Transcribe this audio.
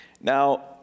Now